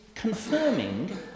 confirming